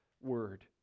word